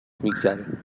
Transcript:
میگذره